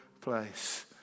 place